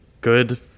good